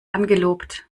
angelobt